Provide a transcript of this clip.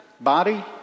Body